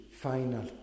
final